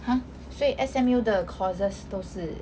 !huh! 所以 S_M_U 的 course 都是